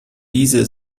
diese